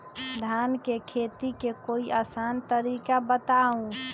धान के खेती के कोई आसान तरिका बताउ?